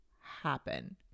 happen